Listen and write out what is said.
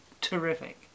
terrific